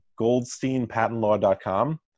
goldsteinpatentlaw.com